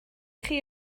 chi